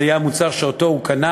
זה יהיה המוצר שהוא קנה,